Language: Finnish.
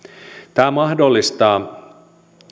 tämä mahdollistaa